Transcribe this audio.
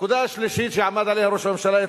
הנקודה השלישית שראש הממשלה עמד עליה